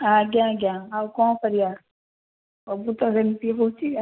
ଆଜ୍ଞା ଆଜ୍ଞା ଆଉ କଣ କରିବା ସବୁ ତ ସେମିତି ହେଉଛି ଆଉ